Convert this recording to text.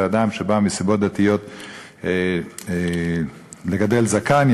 ואדם שבא מסיבות דתיות לגדל זקן,